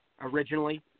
originally